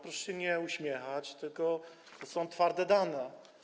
Proszę się nie uśmiechać, to są twarde dane.